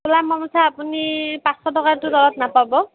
ফুলাম গামোচা আপুনি পাঁচশ টকাৰতো তলত নাপাব